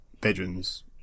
bedrooms